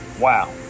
Wow